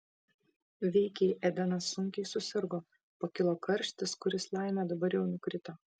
veikiai edenas sunkiai susirgo pakilo karštis kuris laimė dabar jau nukrito